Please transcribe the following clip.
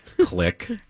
Click